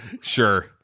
Sure